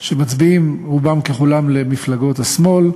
שמצביעים רובם ככולם למפלגות השמאל,